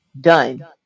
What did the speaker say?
done